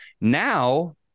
Now